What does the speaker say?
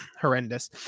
Horrendous